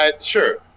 sure